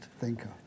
thinker